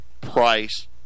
price